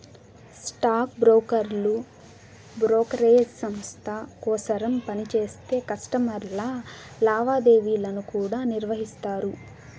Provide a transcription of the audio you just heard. stock బ్రోకర్లు brokerage సంస్త కోసరం పనిచేస్తా కస్టమర్ల లావాదేవీలను కూడా నిర్వహిస్తారు